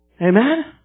Amen